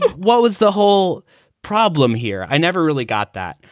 what was the whole problem here? i never really got that.